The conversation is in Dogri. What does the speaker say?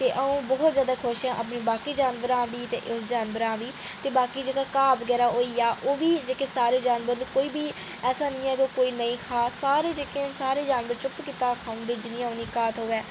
ते अऊं बहुत जैदा खुश आं अपने बाकी जानवरें शा बी ते बाकी घा बगैरा होई गेआ ते बाकी जानवर चुप कीते दे खाई ओड़दे